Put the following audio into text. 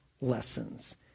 lessons